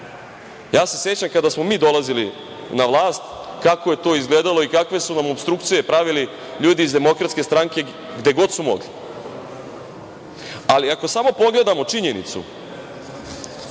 Sećam se kada smo mi dolazili na vlast kako je to izgledalo i kakve su nam opstrukcije pravili ljudi iz Demokratske stranke gde god su mogli, ali ako samo pogledamo činjenicu